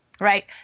right